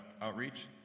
Outreach